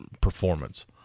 performance